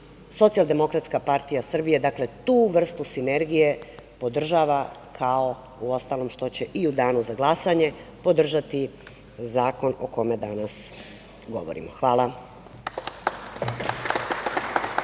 obrazovanja. Socijaldemokratska partija Srbije tu vrstu sinergije podržava, kao uostalom što će i u danu za glasanje podržati zakon o kome danas govorimo. Hvala.